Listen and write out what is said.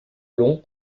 long